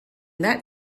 that